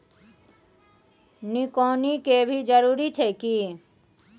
निकौनी के भी जरूरी छै की?